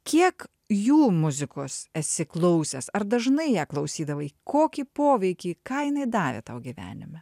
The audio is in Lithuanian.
kiek jų muzikos esi klausęs ar dažnai ją klausydavai kokį poveikį ką jinai davė tau gyvenime